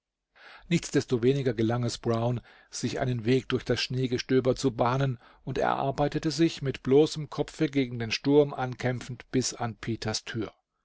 nichtsdestoweniger gelang es brown sich einen weg durch das schneegestöber zu bahnen und er arbeitete sich mit bloßem kopfe gegen den sturm ankämpfend bis an peters tür